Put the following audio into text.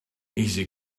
easy